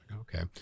Okay